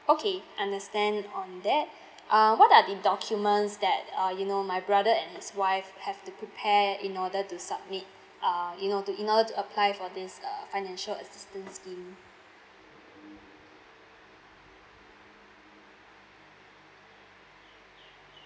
okay understand on that uh what are the documents that uh you know my brother and his wife have to prepare in order to submit uh you know to in order to apply for this uh financial assistance scheme